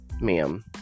ma'am